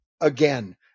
again